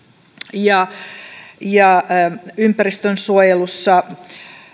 ja ympäristönsuojelussa